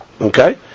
Okay